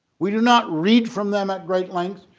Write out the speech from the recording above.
we do not read from them at great length.